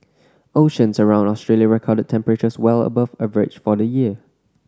oceans around Australia recorded temperatures well above average for the year